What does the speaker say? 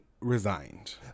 resigned